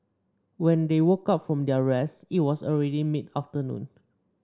when they woke up from their rest it was already mid afternoon